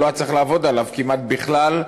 שלא היה צריך לעבוד עליו כמעט בכלל,